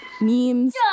memes